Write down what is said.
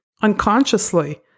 unconsciously